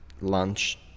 lunch